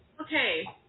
okay